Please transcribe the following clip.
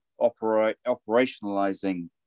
operationalizing